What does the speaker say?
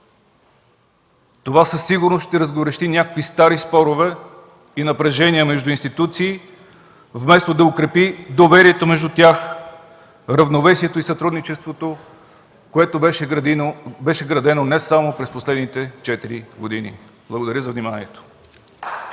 Това със сигурност ще разгорещи някои стари спорове и напрежения между институциите, вместо да укрепи доверието между тях, равновесието и сътрудничеството, което беше градено не само през последните четири години. Благодаря за вниманието.